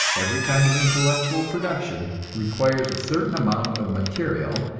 every kind of intellectual production requires a certain amount of material,